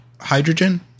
hydrogen